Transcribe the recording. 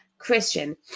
Christian